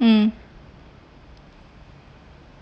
mm